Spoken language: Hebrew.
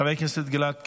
חבר הכנסת גלעד קריב,